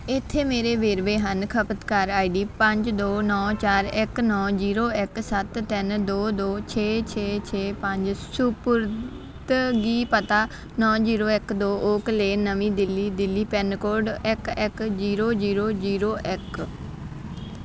ਇੱਥੇ ਮੇਰੇ ਵੇਰਵੇ ਹਨ ਖਪਤਕਾਰ ਆਈਡੀ ਪੰਜ ਦੋ ਨੌਂ ਚਾਰ ਇੱਕ ਨੌਂ ਜ਼ੀਰੋ ਇੱਕ ਸੱਤ ਤਿੰਨ ਦੋ ਦੋ ਛੇ ਛੇ ਛੇ ਪੰਜ ਸਪੁਰਦਗੀ ਪਤਾ ਨੌਂ ਜ਼ੀਰੋ ਇੱਕ ਦੋ ਓਕ ਲੇਨ ਨਵੀਂ ਦਿੱਲੀ ਦਿੱਲੀ ਪਿੰਨ ਕੋਡ ਇੱਕ ਇੱਕ ਜ਼ੀਰੋ ਜ਼ੀਰੋ ਜ਼ੀਰੋ ਇੱਕ